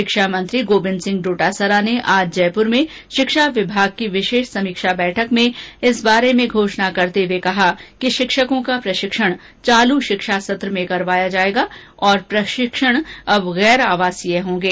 षिक्षा मंत्री गोविन्द सिंह डोटासरा ने आज जयपुर में षिक्षा विभाग की विषेष समीक्षा बैठक में इस संबंध में घोषणा करते हए कहा शिक्षकों का प्रषिक्षण चालू षिक्षा सत्र में करवाया जायेगा और प्रशिक्षण अब गैर आवासीय होंगे